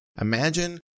imagine